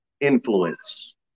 influence